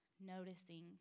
noticing